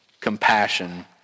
compassion